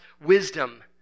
wisdom